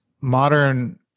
modern